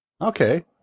Okay